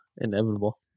inevitable